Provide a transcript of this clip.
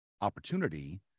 opportunity